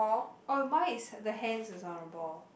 oh mine is the hands is on a ball